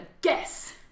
guess